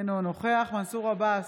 אינו נוכח מנסור עבאס,